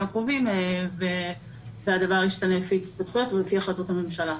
הקרובים והדבר ישתנה לפי ההתפתחויות ולפי החלטות הממשלה.